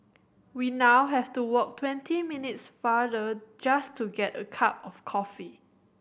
we now have to walk twenty minutes farther just to get a cup of coffee